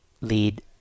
lead